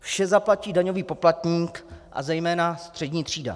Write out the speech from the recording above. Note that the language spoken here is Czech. Vše zaplatí daňový poplatník a zejména střední třída.